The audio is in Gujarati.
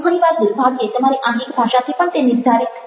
ઘણી વાર દુર્ભાગ્યે તમારી આંગિક ભાષાથી પણ તે નિર્ધારિત થાય છે